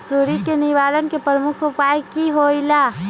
सुडी के निवारण के प्रमुख उपाय कि होइला?